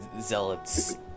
Zealot's